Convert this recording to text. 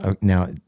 now